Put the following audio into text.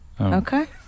Okay